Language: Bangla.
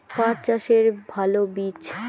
পাঠ চাষের ভালো বীজ?